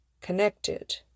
connected